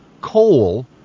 Coal